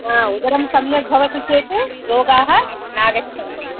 उदरं सम्यक् भवति चेत् रोगाः नागच्छन्ति